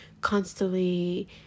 constantly